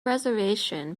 reservation